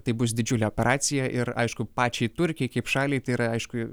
tai bus didžiulė operacija ir aišku pačiai turkijai kaip šaliai tai yra aišku